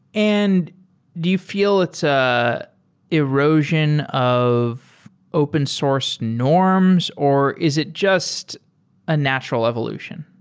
and do you feel it's ah an erosion of open source norms or is it just a natural evolution?